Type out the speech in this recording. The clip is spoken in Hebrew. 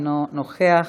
אינו נוכח,